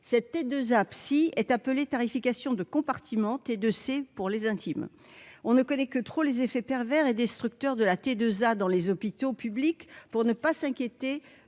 2 Abssi est appelé tarification de compartiments et de c'est pour les intimes, on ne connaît que trop les effets pervers et destructeur de la T2A dans les hôpitaux publics pour ne pas s'inquiéter